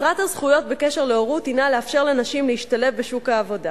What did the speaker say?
מטרת הזכויות בקשר להורות היא לאפשר לנשים להשתלב בשוק העבודה.